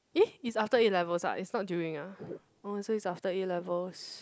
eh it's after A-levels ah it's not during ah oh so it's after A-levels